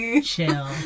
Chill